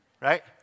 right